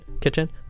Kitchen